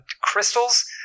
crystals